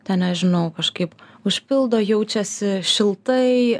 ten nežinau kažkaip užpildo jaučiasi šiltai